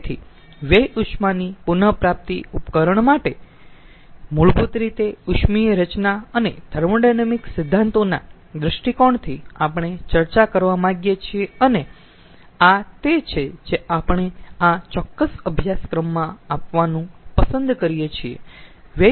તેથી વ્યય ઉષ્માની પુન પ્રાપ્તિ ઉપકરણ માટે મુળભૂત રીતે ઉષ્મીય રચના અને થર્મોોડાયનેમિક સિદ્ધાંતના દૃષ્ટિકોણથી આપણે ચર્ચા કરવા માંગીયે છીએ અને આ તે છે જે આપણે આ ચોક્કસ અભ્યાસક્રમમાં આપવાનું પસંદ કરીયે છીએ